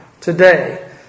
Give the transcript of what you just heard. today